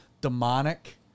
demonic